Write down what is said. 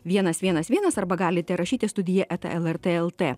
vienas vienas vienas arba galite rašyti į studija eta lrt l t